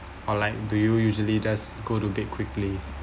or like do you usually just go to bed quickly